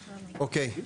אוקיי.